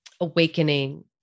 awakening